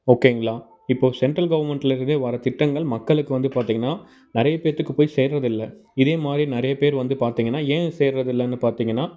ஓகேங்களா இப்போ சென்ட்ரல் கவர்ன்மெண்ட்லிருந்து வர்ற திட்டங்கள் மக்களுக்கு வந்து பார்த்தீங்கன்னா நிறையப் பேர்த்துக்குப் போய் சேர்றதில்லை இதே மாதிரி நிறைய பேர் வந்து பார்த்தீங்கன்னா ஏன் சேர்றதில்லைன்னு பார்த்தீங்கன்னா